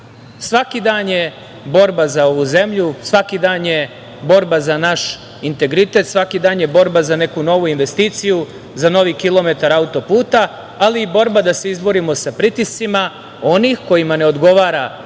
Svaki dan je borba za ovu zemlju, svaki dan je borba za naš integritet, svaki dan je borba za neku novu investiciju, za novi kilometar auto-puta, ali i borba da se izborimo sa pritiscima onih kojima ne odgovara